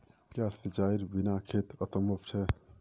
क्याँ सिंचाईर बिना खेत असंभव छै?